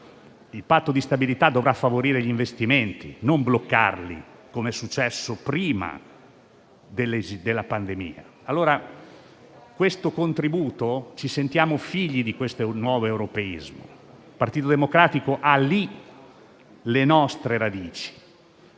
Il Patto di stabilità dovrà favorire gli investimenti, non bloccarli, come è successo prima della pandemia. Ci sentiamo figli di questo nuovo europeismo: il Partito Democratico ha lì le sue radici.